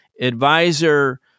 advisor